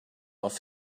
off